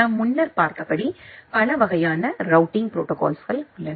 நாம் முன்னர் பார்த்தபடி பல வகையான ரூட்டிங் ப்ரோடோகால்ஸ்கள் உள்ளன